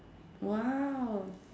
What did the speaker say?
!wow!